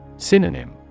Synonym